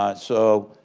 ah so,